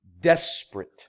desperate